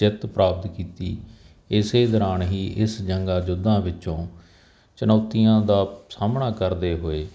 ਜਿੱਤ ਪ੍ਰਾਪਤ ਕੀਤੀ ਇਸ ਦੌਰਾਨ ਹੀ ਇਸ ਜੰਗਾਂ ਯੁੱਧਾਂ ਵਿੱਚੋਂ ਚੁਣੌਤੀਆਂ ਦਾ ਸਾਹਮਣਾ ਕਰਦੇ ਹੋਏ